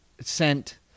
sent